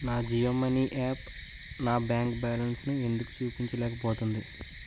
నా Jio money app నా bank బ్యాలెన్సును ఎందుకు చూపించలేకపోతుంది